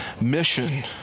mission